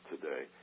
today